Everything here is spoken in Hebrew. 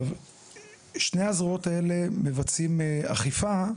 שני הזרועות האלו מבצעים אכיפה,